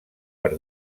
per